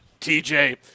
TJ